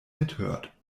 mithört